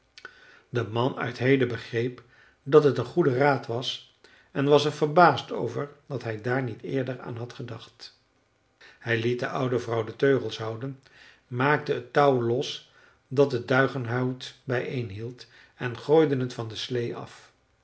de man uit hede begreep dat het een goede raad was en was er verbaasd over dat hij daar niet eerder aan had gedacht hij liet de oude vrouw de teugels houden maakte het touw los dat het duigenhout bijeenhield en gooide het van de sleê af